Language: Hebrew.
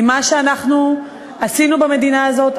היא מה שאנחנו עשינו במדינה הזאת,